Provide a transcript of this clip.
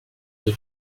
des